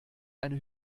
eine